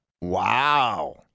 Wow